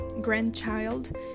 grandchild